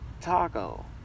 taco